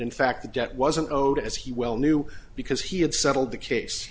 in fact the debt wasn't owed as he well knew because he had settled the case